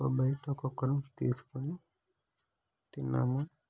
ఓ bite ఒక్కొక్కరం తీసుకొని తిన్నాము